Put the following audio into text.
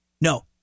No